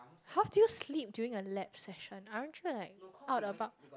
how do you sleep during a lab session aren't you like out about